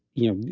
you know,